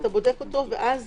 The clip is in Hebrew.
ואז